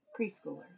preschoolers